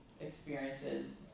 experiences